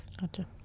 Gotcha